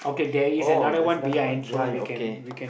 oh there's another one behind your okay